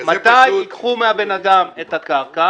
מתי ייקחו מבן אדם את הקרקע?